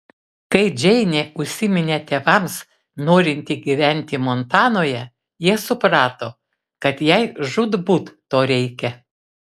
kai džeinė užsiminė tėvams norinti gyventi montanoje jie suprato kad jai žūtbūt to reikia